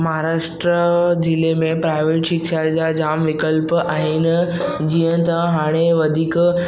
महाराष्ट्र ज़िले में प्राइवेट शिक्षा जा जाम विकल्प आहिनि जीअं त हाणे वधीक